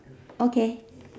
okay